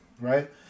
right